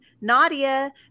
Nadia